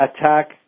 attack